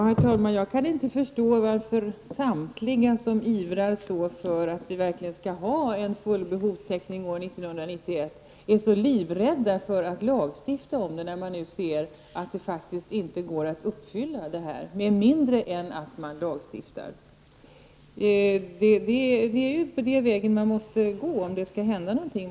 Herr talman! Jag kan inte förstå varför samtliga som ivrar så för att vi skall ha en full behovstäckning år 1991 är livrädda för att lagstifta om detta när man nu ser att det inte går att uppfylla detta mål med mindre än att sådan lagstiftning sker. Såvitt jag förstår är det den vägen man måste gå för att det skall hända någonting.